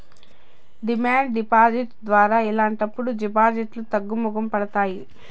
demand deposit ద్వారా ఇలాంటప్పుడు డిపాజిట్లు తగ్గుముఖం పడతాయి